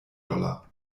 dollar